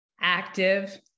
active